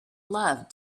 love